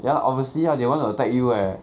ya obviously lah they want to attack you leh